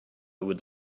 would